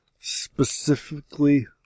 Specifically